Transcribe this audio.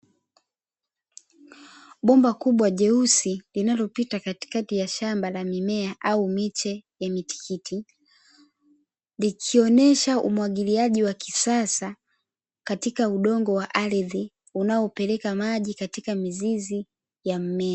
Bomba kubwa jeusi linalopita katikati ya shamba la mimea au miche ya mitikiti, likionyesha umwagiliaji wa kisasa katika udongo wa ardhi unapeleka maji katika mizizi ya mimea.